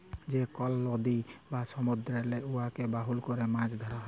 যে কল লদী বা সমুদ্দুরেল্লে উয়াকে বাহল ক্যরে মাছ ধ্যরা হ্যয়